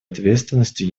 ответственностью